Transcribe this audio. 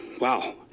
Wow